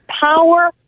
power